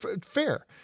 fair